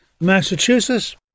Massachusetts